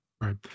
Right